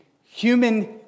human